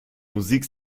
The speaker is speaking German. musik